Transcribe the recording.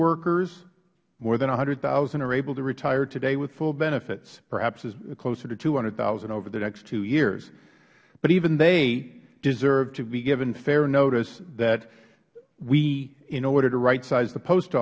workers more than one hundred thousand are able to retire today with full benefits perhaps closer to two hundred thousand over the next two years but even they deserve to be given fair notice that we in order to right size the post